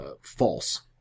false